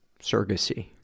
surrogacy